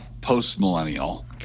post-millennial